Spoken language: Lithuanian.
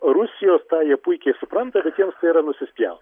rusijos tą jie puikiai supranta bet jiems tai yra nusispjaut